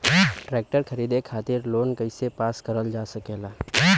Tractor खरीदे खातीर loan कइसे पास करल जा सकेला?